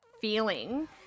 feeling